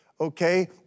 okay